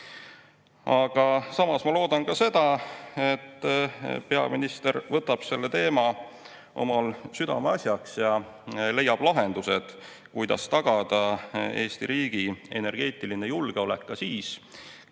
Samas ma loodan seda, et peaminister võtab selle teema oma südameasjaks ja leiab lahendused, kuidas tagada Eesti riigi energeetiline julgeolek ka siis,